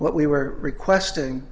what we were requesting